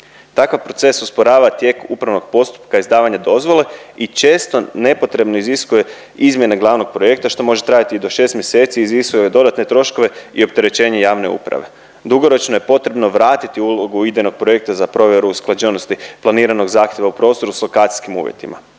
Takav proces usporava tijek upravnog postupka izdavanja dozvole i često nepotrebno iziskuje izmjene glavnog projekta što može trajati i do 6 mjeseci, iziskuje dodatne troškove i opterećenje javne uprave. Dugoročno je potrebno vratiti ulogu idejnog projekta za provjeru usklađenosti planiranog zahvata u prostoru s lokacijskim uvjetima.